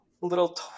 little